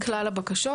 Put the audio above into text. כלל הבקשות.